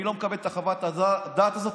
אני לא מקבל את חוות הדעת הזאת,